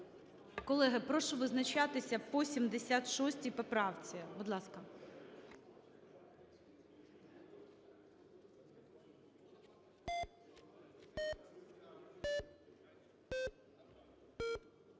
Колеги, прошу визначатися по 76 поправці, будь ласка.